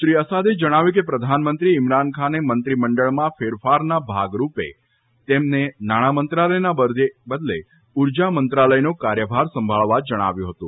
શ્રી અસાદે જણાવ્યું છે કે પ્રધાનમંત્રી ઇમરાન ખાને મંત્રી મંડળમાં ફેરફારના ભાગરૂપે તેમને નાણાં મંત્રાલયના બદલે ઉર્જામંત્રાલયનો કાર્યભાર સંભાળવા જણાવ્યું હતું